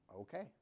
Okay